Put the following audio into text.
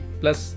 plus